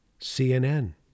CNN